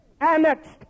annexed